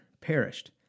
perished